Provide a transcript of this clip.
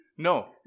No